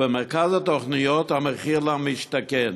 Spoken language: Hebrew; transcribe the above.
במרכז התוכניות, המחיר למשתכן.